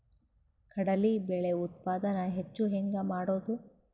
ಕಡಲಿ ಬೇಳೆ ಉತ್ಪಾದನ ಹೆಚ್ಚು ಹೆಂಗ ಮಾಡೊದು?